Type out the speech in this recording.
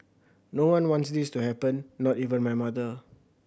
no one wants this to happen not even my mother